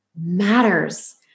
matters